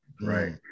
right